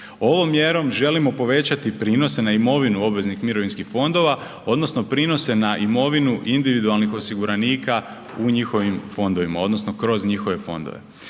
Ovom mjerom želimo povećati prinose na imovinu obveznih mirovinskih fondova odnosno prinose na imovinu individualnih osiguranika u njihovim fondovima odnosno kroz njihove fondove.